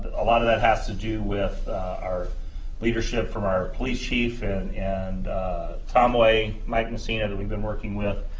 a lot of that has to do with our leadership from our police chief and and tom lay, and mike messina, we've been working with.